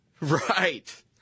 Right